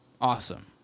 Awesome